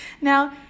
Now